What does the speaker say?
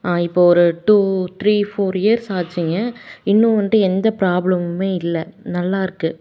ஆ இப்போது ஒரு two three four years ஆச்சுங்க இன்னும் வந்துட்டு எந்த ப்ராப்ளமுமே இல்லை நல்லாயிருக்கு